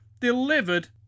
delivered